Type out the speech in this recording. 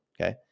okay